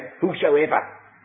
whosoever